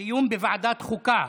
דיון בוועדת חוקה.